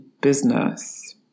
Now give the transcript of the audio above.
business